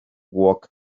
work